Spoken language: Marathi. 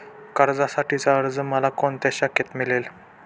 कर्जासाठीचा अर्ज मला कोणत्या शाखेत मिळेल?